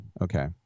Okay